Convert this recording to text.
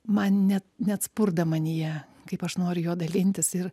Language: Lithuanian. man net net spurda manyje kaip aš noriu juo dalintis ir